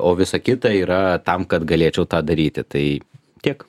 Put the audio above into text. o visa kita yra tam kad galėčiau tą daryti tai tiek